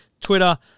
Twitter